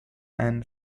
and